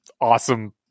awesome